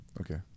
Okay